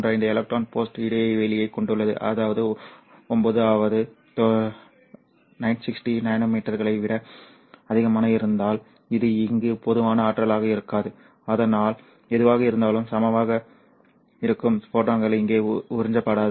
35 electron volt இடைவெளியைக் கொண்டுள்ளது அதாவது 9 அதாவது 960 நானோ மீட்டர்களை விட அதிகமாக இருந்தால் இது இங்கு போதுமான ஆற்றலாக இருக்காது அதனால் எதுவாக இருந்தாலும் சம்பவமாக இருக்கும் ஃபோட்டான்கள் இங்கே உறிஞ்சப்படாது